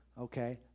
Okay